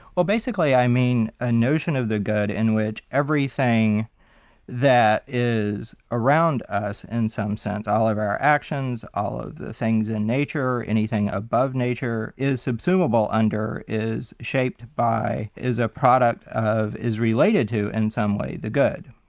well basically i mean a notion of the good in which everything that is around us in some sense, all of our actions, all of the things in nature, anything above nature, is subsumable under, is shaped by, is a product of, is related to, in some way, the good.